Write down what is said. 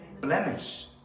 Blemish